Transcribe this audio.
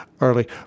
early